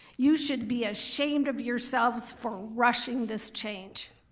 you should be ashamed of yourselves for rushing this change.